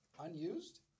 unused